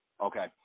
Okay